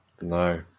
No